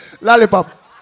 Lollipop